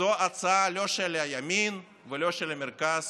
זו הצעה לא של הימין ולא של המרכז